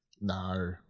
No